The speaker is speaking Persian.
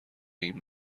این